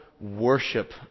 worship